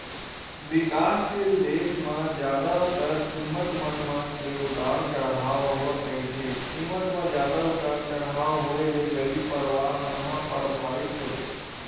बिकाससील देस म जादातर कीमत मन म के उतार चड़हाव होवत रहिथे कीमत म जादा उतार चड़हाव होय ले गरीब परवार मन ह परभावित होथे